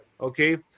Okay